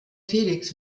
felix